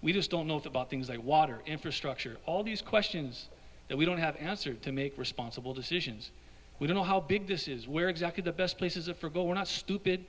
we just don't know about things like water infrastructure all these questions that we don't have an answer to make responsible decisions we don't know how big this is where exactly the best place is a for go we're not stupid